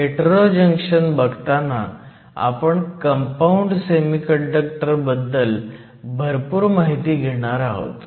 hetero junction बघताना आपण compound semiconductor बद्दल भरपूर माहिती घेणार आहोत